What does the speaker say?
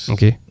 Okay